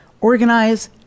organize